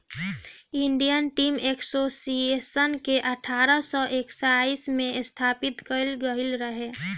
India tea association के अठारह सौ इक्यासी में स्थापित कईल गईल रहे